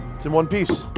it's in one piece.